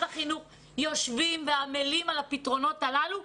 החינוך יושבים ועמלים על הפתרונות הללו.